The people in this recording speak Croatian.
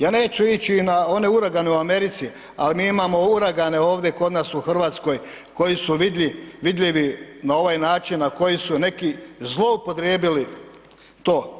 Ja neću ići i na one uragane u Americi, ali mi imamo uragane ovdje kod nas u Hrvatskoj koji su vidljivi na ovaj način na koji su neki zloupotrijebili to.